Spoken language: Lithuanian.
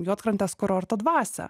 juodkrantės kurorto dvasią